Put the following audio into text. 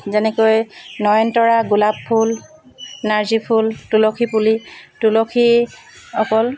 যেনেকৈ নয়নতৰা গোলাপফুল নাৰ্জীফুল তুলসী পুলি তুলসী অকল